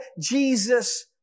Jesus